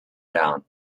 down